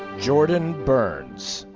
jordan burns.